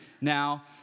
now